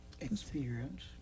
Experience